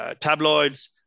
tabloids